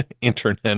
internet